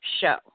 show